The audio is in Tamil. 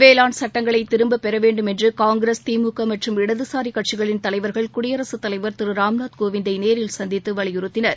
வேளாண் சுட்டங்களை திரும்பப்பெற வேண்டும் என்று காங்கிரஸ் திமுக மற்றும் இடதுசாரி கட்சிகளின் தலைவர்கள் குடியரசுத் தலைவர் திரு ராம்நாத் கோவிந்தை நேரில் சந்தித்து வலியுறுத்தினர்